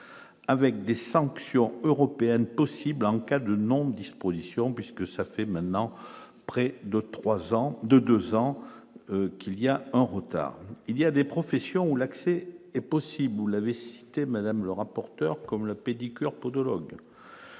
avec des sanctions européennes possible en cas de non disposition puisque ça fait maintenant près de 3 ans de 2 ans qu'il y a un retard il y a des professions où l'accès est possible, vous l'avez cité Madame le rapporteur comme le pédicure-podologue